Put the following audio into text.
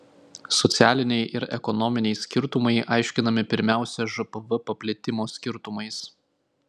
socialiniai ir ekonominiai skirtumai aiškinami pirmiausia žpv paplitimo skirtumais